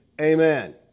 Amen